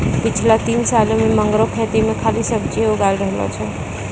पिछला तीन सालों सॅ मंगरू खेतो मॅ खाली सब्जीए उगाय रहलो छै